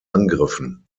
angriffen